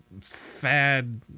fad